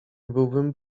byłbym